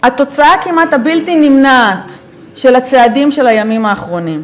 התוצאה הכמעט-בלתי-נמנעת של הצעדים של הימים האחרונים,